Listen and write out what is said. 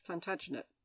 Plantagenet